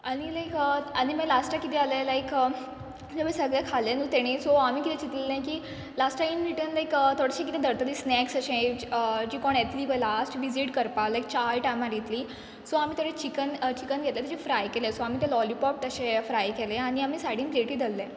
आनी लायक आनी माय लास्टाक कितें आलें लायक सगळें खाल्लें न्हू तेणी सो आमी कितें चिंतलें की लास्टाक ईन रिटन लायक थोडशें कितें दरतली स्नॅक्स अशें ज् जीं कोण येतलीं पय लास्ट विजीट करपा लायक च्याय टायमार येतलीं सो आमी तोरी चिकन चिकन घेतलें तेजें फ्राय केलें सो आमी तें लॉलीपॉप तशें फ्राय केलें आनी आमी सायडीन प्लेटी दल्लें